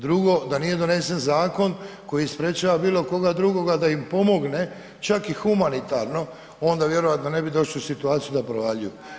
Drugo da nije donesen zakon koji sprječava bilo koga drugoga da im pomogne, čak i humanitarno, onda vjerojatno ne bi došli u situaciju da provaljuju.